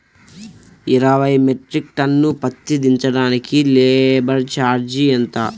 ఇరవై metric ton పత్తి దించటానికి లేబర్ ఛార్జీ ఎంత?